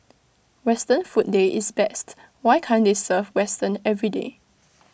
western food day is best why can't they serve western everyday